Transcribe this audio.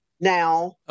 now